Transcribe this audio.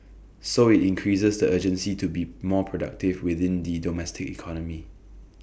so IT increases the urgency to be more productive within the domestic economy